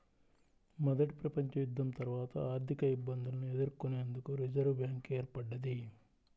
మొదటి ప్రపంచయుద్ధం తర్వాత ఆర్థికఇబ్బందులను ఎదుర్కొనేందుకు రిజర్వ్ బ్యాంక్ ఏర్పడ్డది